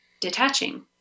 detaching